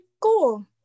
cool